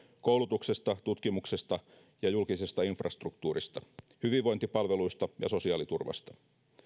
koulutuksesta tutkimuksesta ja julkisesta infrastruktuurista hyvinvointipalveluista ja sosiaaliturvasta